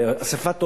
לאספת הורים.